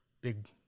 big